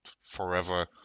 forever